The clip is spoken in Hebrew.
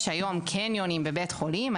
יש היום קניונים בבית חולים.